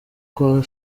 kwa